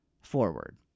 Forward